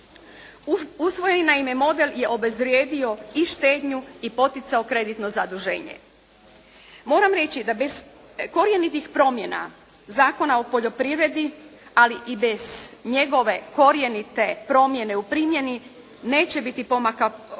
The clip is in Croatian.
se ne razumije./… model je obezvrijedio i štednju i poticao kreditno zaduženje. Moram reći da bez korjenitih promjena Zakona o poljoprivredi, ali i bez njegove korjenite promjene u primjeni neće biti pomaka